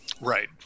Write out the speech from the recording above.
Right